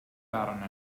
baronet